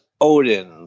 Odin